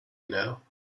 now